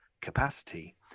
capacity